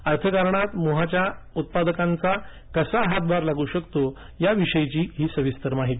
अर्थकारणात मोहाच्या उत्पादनांचा कसा हातभार लागू शकतो याविषयीची सविस्तर माहिती